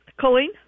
Colleen